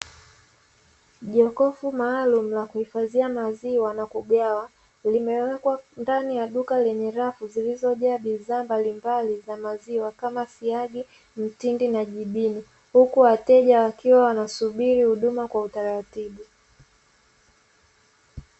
Jokofu maalumu la kuhifadhia maziwa na kugawa, limewekwa ndani ya duka lenye rafu zilizojaa bidhaa mbalimbali za maziwa, kama: siagi, mtindi na jibini. Huku wateja wakiwa wanasubiri huduma kwa utaratibu.